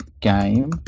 game